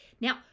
Now